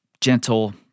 gentle